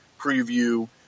preview